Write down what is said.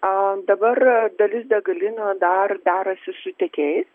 o dabar dalis degalinių dar derasi su tiekėjais